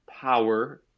power